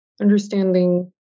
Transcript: understanding